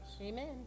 Amen